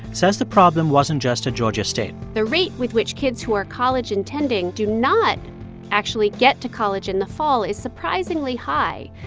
says the problem wasn't just at georgia state the rate with which kids who are college-intending do not actually get to college in the fall is surprisingly high.